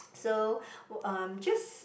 so uh just